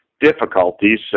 difficulties